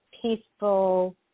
peaceful